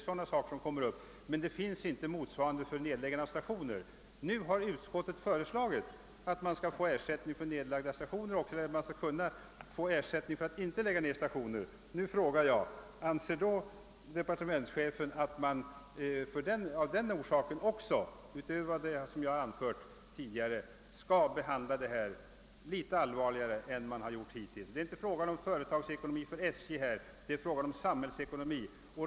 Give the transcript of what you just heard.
Vid indragning av stationer finns emellertid inte några sådana motiv. Men utskottet har nu föreslagit att SJ kan få ersättning för att inte dra in stationer. Nu frågar jag: Anser inte departementschefen att man skall behandla denna fråga litet allvarligare än som hittills har skett? Det är inte fråga om företagsekonomi för SJ här, utan det är fråga om samhällsekonomi.